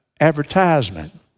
advertisement